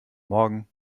morgen